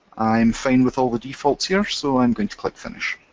i'm fine with all the defaults here, so i'm going to click finish.